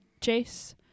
chase